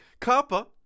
Kappa